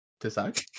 decide